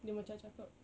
dia macam cakap